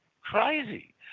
crazy